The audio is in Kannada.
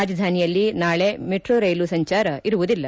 ರಾಜಧಾನಿಯಲ್ಲಿ ನಾಳೆ ಮೆಟ್ರೋ ರೈಲು ಸಂಚಾರ ಇರುವುದಿಲ್ಲ